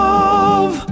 love